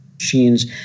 machines